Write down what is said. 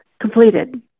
completed